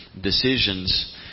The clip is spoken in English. decisions